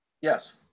Yes